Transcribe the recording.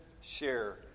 share